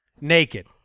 naked